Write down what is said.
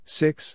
six